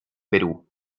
perú